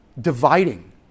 Dividing